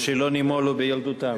שלא נימולו בילדותם,